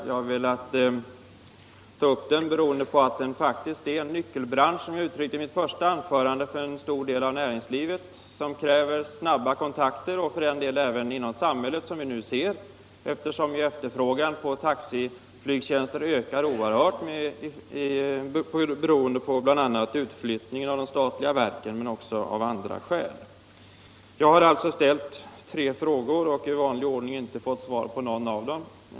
Jag har velat ta upp den därför att den faktiskt gäller en nyckelbransch, såsom jag uttryckte det i mitt första anförande, för en stor del av näringslivet som kräver snabba kontakter — och även för samhället, som vi nu ser, eftersom efterfrågan på taxiflygtjänster ökar oerhört beroende på bl.a. utflyttningen av de statliga verken men också andra omständigheter. Det är alltså tre frågor som jag har ställt, och i vanlig ordning har jag inte fått svar på någon av dem.